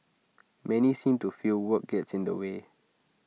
many seem to feel work gets in the way